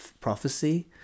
prophecy